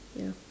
ya